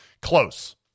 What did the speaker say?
Close